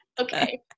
Okay